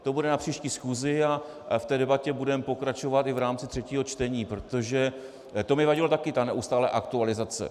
To bude na příští schůzi a v debatě budeme pokračovat i v rámci třetího čtení, protože to mi vadilo také, ta neustálá aktualizace.